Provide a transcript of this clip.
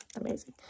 amazing